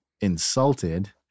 insulted